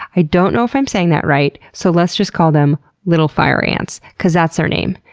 i don't know if i am saying that right, so let's just call them little fire ants, cause that's their name,